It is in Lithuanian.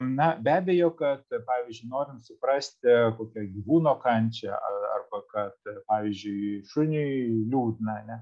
na be abejo kad pavyzdžiui norint suprasti kokią gyvūno kančią arba kad pavyzdžiui šuniui liūdna ar ne